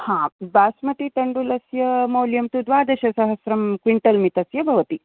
हा बासमती तण्डुलस्य मूल्यं तु द्वादशसहस्रं क्विण्टाल् मितस्य भवति